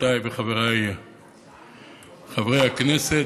רבותיי וחבריי חברי הכנסת,